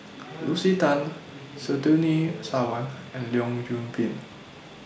Lucy Tan Surtini Sarwan and Leong Yoon Pin